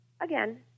again